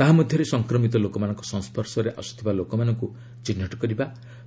ତାହା ମଧ୍ୟରେ ସଂକ୍ରମିତ ଲୋକମାନଙ୍କ ସଂସ୍ଗର୍ଶରେ ଆସୁଥିବା ଲୋକମାନଙ୍କୁ ଚିହ୍ନଟ କରିବା